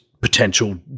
potential